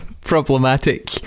Problematic